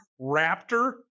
raptor